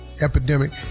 epidemic